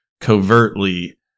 covertly